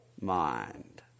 mind